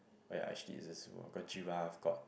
ya actually it's just small got giraffe got